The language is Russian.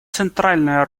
центральная